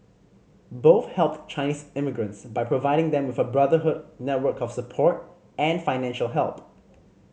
both helped Chinese immigrants by providing them with a brotherhood network of support and financial help